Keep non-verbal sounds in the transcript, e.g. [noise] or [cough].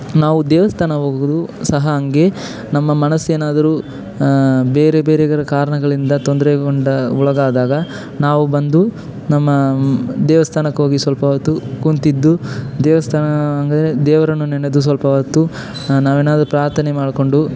ನಾವು ದೇವಸ್ಥಾನ ಹೋಗೋದು ಸಹ ಹಂಗೆ ನಮ್ಮ ಮನಸ್ಸೇನಾದ್ರೂ ಬೇರೆ ಬೇರೆ [unintelligible] ಕಾರಣಗಳಿಂದ ತೊಂದರೆಗೊಂಡ ಒಳಗಾದಾಗ ನಾವು ಬಂದು ನಮ್ಮ ದೇವಸ್ತಾನಕ್ಕೆ ಹೋಗಿ ಸ್ವಲ್ಪ ಹೊತ್ತು ಕೂತಿದ್ದು ದೇವಸ್ಥಾನ ಅಂದರೆ ದೇವರನ್ನು ನೆನೆದು ಸ್ವಲ್ಪ ಹೊತ್ತು ನಾವೇನಾದ್ರೂ ಪ್ರಾತವೇ ಮಾಡಿಕೊಂಡು